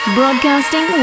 Broadcasting